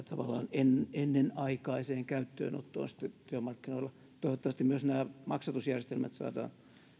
ja tavallaan ennenaikaiseen käyttöönottoon sitten työmarkkinoilla toivottavasti myös maksatusjärjestelmät saadaan